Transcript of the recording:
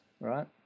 right